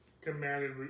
commanded